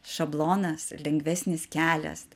šablonas lengvesnis kelias